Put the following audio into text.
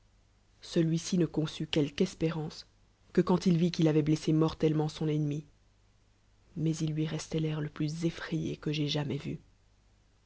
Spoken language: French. celuici ne conçut quelque espérance que quand il vit qu'il avoit blessé mortellement son ennemi mais il lui restoit l'air le plieffrayé que j'aie jamais vu